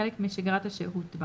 כחלק משגרת השהות בה."